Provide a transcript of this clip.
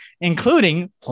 including